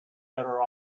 better